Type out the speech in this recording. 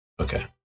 Okay